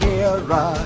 era